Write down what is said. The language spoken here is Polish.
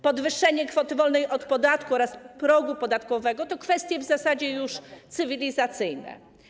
Podwyższenie kwoty wolnej od podatku oraz progu podatkowego to kwestie w zasadzie już cywilizacyjne.